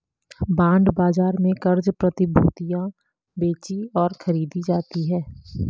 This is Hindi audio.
बांड बाजार में क़र्ज़ प्रतिभूतियां बेचीं और खरीदी जाती हैं